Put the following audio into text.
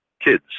kids